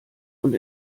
und